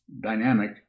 dynamic